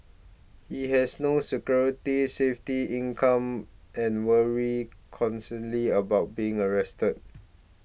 he has no security safety income and worried constantly about being arrested